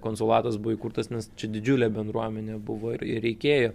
konsulatas buvo įkurtas nes čia didžiulė bendruomenė buvo ir ir reikėjo